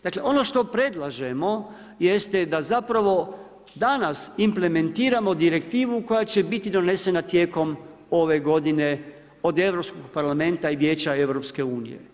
Dakle ono što predlažem jeste da zapravo danas implementiramo direktivu koja će biti donesena tijekom ove godine od Europskog parlamenta i Vijeća EU.